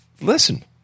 listen